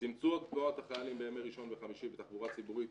צמצום תנועת החיילים בימי ראשון וחמישי בתחבורה ציבורית,